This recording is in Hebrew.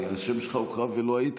כי השם שלך הוקרא ולא היית,